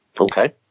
Okay